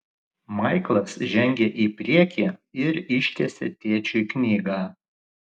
maiklas žengė į priekį ir ištiesė tėčiui knygą